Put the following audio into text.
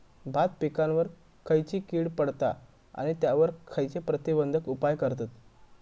भात पिकांवर खैयची कीड पडता आणि त्यावर खैयचे प्रतिबंधक उपाय करतत?